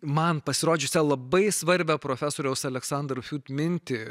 man pasirodžiusią labai svarbią profesoriaus aleksandr fiut mintį